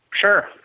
Sure